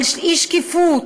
על אי-שקיפות,